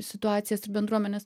situacijas ir bendruomenes